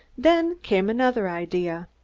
then came another idea.